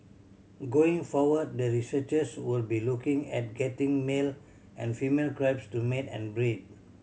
going forward the researchers will be looking at getting male and female crabs to mate and breed